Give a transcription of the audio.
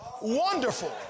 Wonderful